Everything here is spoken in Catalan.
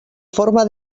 forma